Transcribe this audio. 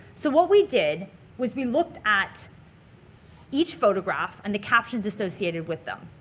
so what we did was we looked at each photograph and the captions associated with them.